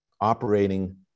operating